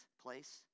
place